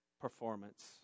performance